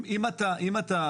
אם אתה,